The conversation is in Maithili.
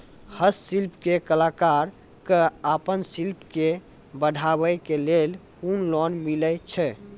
हस्तशिल्प के कलाकार कऽ आपन शिल्प के बढ़ावे के लेल कुन लोन मिलै छै?